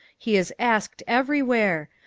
he is asked everywhere.